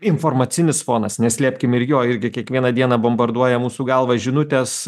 informacinis fonas neslėpkim ir jo irgi kiekvieną dieną bombarduoja mūsų galvą žinutės